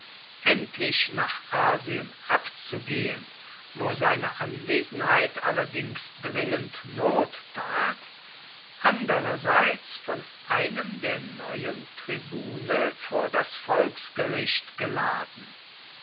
endlich nach asien abzugehen wo seine anwesenheit allerdings dringend not tat andererseits von einem der neuen tribune vor das volksgericht geladen